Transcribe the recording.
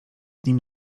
nim